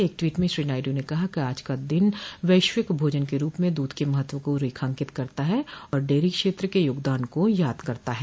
एक ट्वीट में श्री नायडू ने कहा कि आज का दिन वैश्विक भोजन के रूप में दूध के महत्व को रेखांकित करता है और डेरी क्षेत्र के योगदान को याद करता है